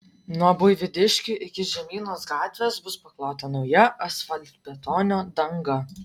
nuo buivydiškių iki žemynos gatvės bus paklota nauja asfaltbetonio danga